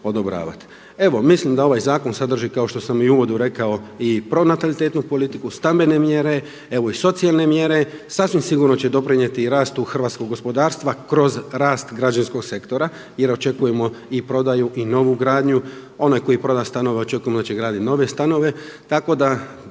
Evo, mislim da ovaj zakon sadrži, kao što sam i u uvodu rekao i pronatalitetnu politiku, stambene mjere, evo i socijalne mjere. Sasvim sigurno će doprinijeti i rastu hrvatskog gospodarstva kroz rast građanskog sektora jer očekujemo i prodaju i novu gradnju. Onaj koji proda stanove, očekujemo da će graditi nove stanove.